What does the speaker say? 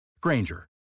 Granger